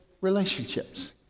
relationships